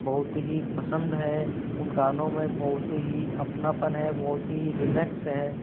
बहुत ही पसंद है उन गानों में बहुत ही अपनापन है बहुत ही रिमेक्स है